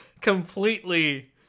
completely